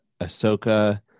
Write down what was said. Ahsoka